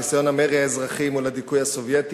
ניסיון המרי האזרחי מול הדיכוי הסובייטי,